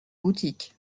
boutique